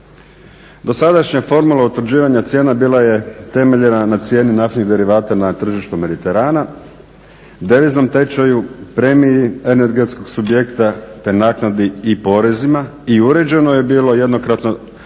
Dosadašnja formula utvrđivanja cijena bila je temeljena na cijeni naftnih derivata na tržištu Mediterana, deviznom tečaju, premiji energetskog subjekta te naknadi i porezima i uređeno je bilo jednokratno